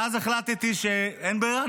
ואז החלטתי שאין ברירה,